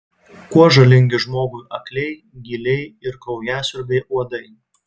kuo žalingi žmogui akliai gyliai ir kraujasiurbiai uodai